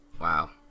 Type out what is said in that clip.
Wow